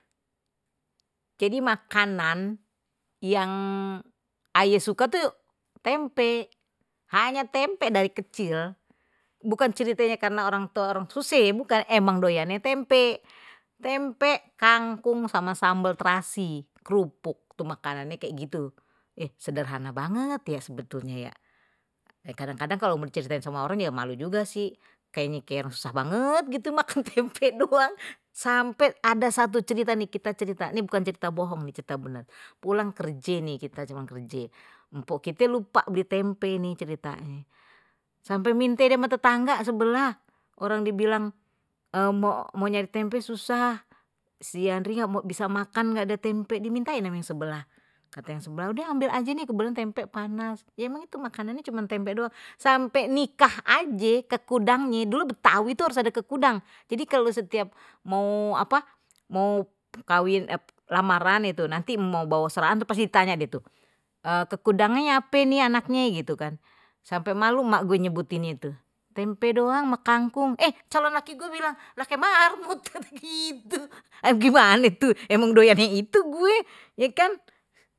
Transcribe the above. Jadi makanan yang aye suka tuh tempe, hanya tempe dari kecil, bukan ceritanya karena orang tua orang suse ye, bukan emang doyannye tempe, tempe kangkung sama sambel terasi krupuk tuh makanannye kayak gitu, sederhana banget ya sebetulnya ya, kadang-kadang kalau mau ceritain sama orang ya malu juga sih kayaknya kayak orang susah banget gitu makan tempe doang, sampai ada satu cerita nih kita cerita ini bukan cerita bohong kita benar, pulang kerje nih kite, mpok kita lupa beli tempe nih ceritanye. sampe minta ama tetangga sebelah, mau cari tempe susah, si andri ga bisa makan kalo ga ada tempe. dimintain ama yang sebelah, kate yang sebelah, kate yang sebelah udah ambil aje, kebetulan temmpe panas, emang itu makanannya cuman tempe doang, sampai nikah aja ke kudangnya dulu betawi itu harus ada gudang jadi kalau setiap mau apa mau kawin lamaran itu nanti mau bawa seragam pasti ditanya dia tuh ke kudanya apa ini anaknya gitu kan sampai malu emak gue nyebutin itu tempe doang sama kangkung eh calon laki gue bilang, kayak marmut mah gimana itu emang doyannya itu gue ya kan.